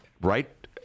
right